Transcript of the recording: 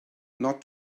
not